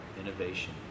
innovation